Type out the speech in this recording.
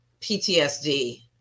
PTSD